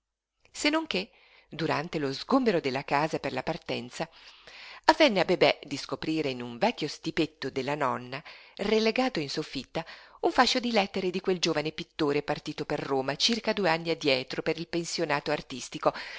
non che durante lo sgombero della casa per la partenza avvenne a bebè di scoprire in un vecchio stipetto della nonna relegato in soffitta un fascio di lettere di quel giovane pittore partito per roma circa due anni addietro per il pensionato artistico